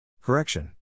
Correction